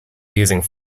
using